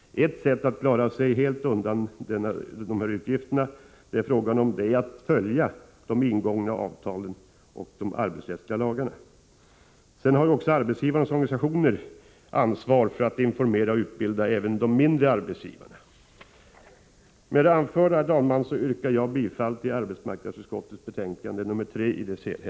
Ett sätt att helt klara sig undan utgifter som det här är fråga om är att följa ingångna avtal och de arbetsrättsliga lagarna. Arbetsgivarnas organisationer har naturligtvis ett ansvar att informera och utbilda även de mindre arbetsgivarna. Herr talman! Med det anförda yrkar jag bifall till arbetsmarknadsutskottets hemställan i dess betänkande nr 3.